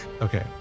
Okay